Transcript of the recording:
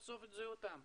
לחשוף את זהותם?